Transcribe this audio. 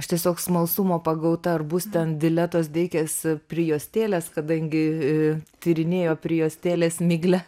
aš tiesiog smalsumo pagautaar bus ten prijuostėlės kadangi tyrinėjo prijuostėles miglė